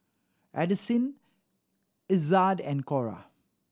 Addisyn Ezzard and Cora